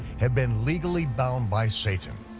had been legally bound by satan.